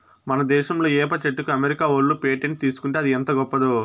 మన దేశంలా ఏప చెట్టుకి అమెరికా ఓళ్ళు పేటెంట్ తీసుకుంటే అది ఎంత గొప్పదో